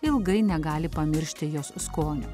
ilgai negali pamiršti jos skonio